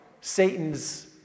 Satan's